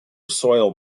soil